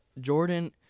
Jordan